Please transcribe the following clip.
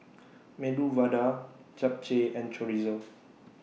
Medu Vada Japchae and Chorizo